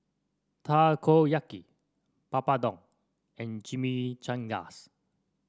Takoyaki Papadum and Chimichangas